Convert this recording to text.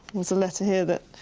there's a letter here that